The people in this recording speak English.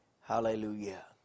Hallelujah